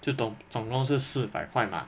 就总共总共是四百块嘛